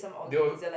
they were